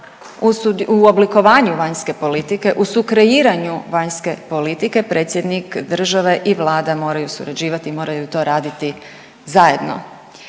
u oblikovanju vanjske politike, u sukreiranju vanjske politike, predsjednik države i vlada moraju surađivati i moraju to raditi zajedno.